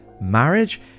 marriage